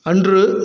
அன்று